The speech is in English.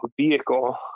vehicle